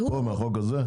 מהחוק הזה?